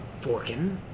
Forkin